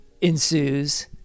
ensues